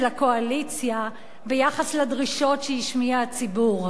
הקואליציה ביחס לדרישות שהשמיע הציבור.